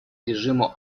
режиму